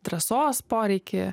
drąsos poreikį